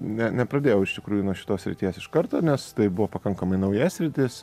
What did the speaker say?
ne nepradėjau iš tikrųjų nuo šitos srities iš karto nes tai buvo pakankamai nauja sritis